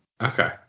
okay